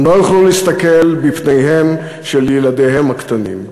הם לא יוכלו להסתכל בפניהם של ילדיהם הקטנים.